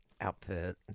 outfit